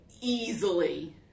easily